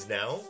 now